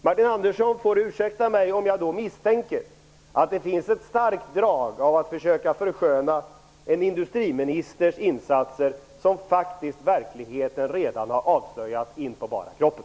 Martin Nilsson får ursäkta mig om jag då misstänker att det finns ett starkt drag av att försöka försköna en industriministers insatser, som verkligen redan har avslöjat inpå bara kroppen.